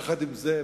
יחד עם זה,